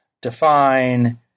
define